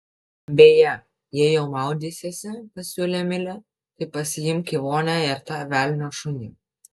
beje jei jau maudysiesi pasiūlė milė tai pasiimk į vonią ir tą velnio šunį